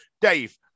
Dave